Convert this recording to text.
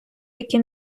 які